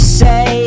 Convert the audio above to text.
say